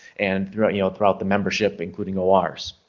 and throughout you know throughout the membership including ah ors.